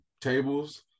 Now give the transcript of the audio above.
tables